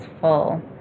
full